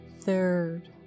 third